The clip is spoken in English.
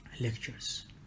lectures